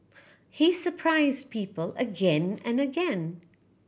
he surprised people again and again